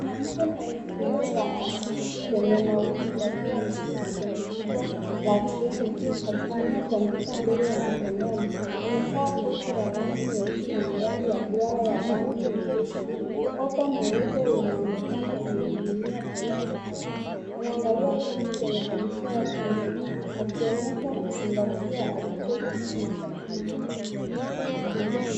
Mwanamke mwenye nywele za asili zenye mawimbi akiwa amesimama kwenye jukwaa la treni akitumia kompyuta ndogo ya mkononi, amevaa koti la rangi nyeusi na miwani ya duara la rangi nyepesi .Mkoba mweupe unaonekana umening' inia begani mwake. Anaangalia chini kwenye kompyuta yake ndogo akionyesha kuzingatia alichoshika.